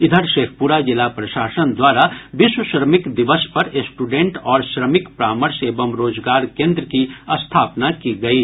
इधर शेखपुरा जिला प्रशासन द्वारा विश्व श्रमिक दिवस पर स्ट्रेंट और श्रमिक परामर्श एवं रोजगार केंद्र की स्थापना की गयी